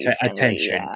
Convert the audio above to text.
attention